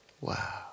Wow